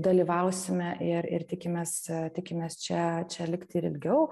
dalyvausime ir ir tikimės tikimės čia čia likti ir ilgiau